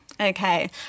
Okay